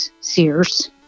Sears